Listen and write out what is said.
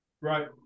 right